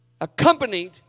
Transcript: Accompanied